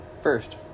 first